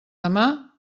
demà